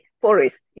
forest